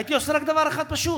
הייתי עושה רק דבר אחד פשוט,